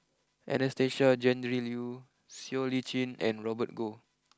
Anastasia Tjendri Liew Siow Lee Chin and Robert Goh